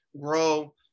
grow